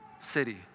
city